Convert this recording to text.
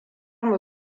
mu